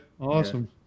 awesome